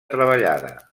treballada